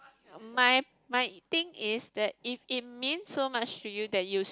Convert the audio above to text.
my my thing is that if it mean so much to you that you